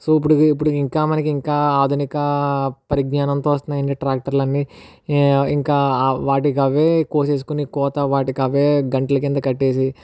so ఇప్పుడికి ఇప్పుడు ఇంకా మనకింకా ఆధునిక పరిజ్ఞానంతో వస్తున్నాయి అండి ట్రాక్టర్ లు అన్ని ఇంకా వాటికవే కోసేసుకుని కోత వాటికవే గంట్లు కింద కట్టేసి